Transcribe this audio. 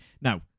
Now